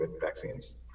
vaccines